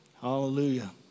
Hallelujah